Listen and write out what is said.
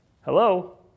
Hello